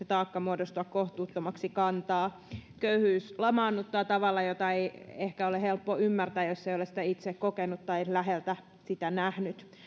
taakka voi muodostua kohtuuttomaksi kantaa köyhyys lamaannuttaa tavalla jota ei ehkä ole helppo ymmärtää jos ei ole sitä itse kokenut tai läheltä nähnyt